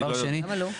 למה לא?